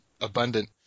abundant